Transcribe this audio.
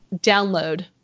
download